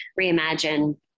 reimagine